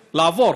לעבור.